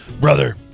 Brother